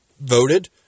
voted